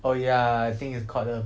oh ya I think it's called the